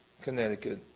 Connecticut